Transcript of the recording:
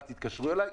אל תתקשרו אליי,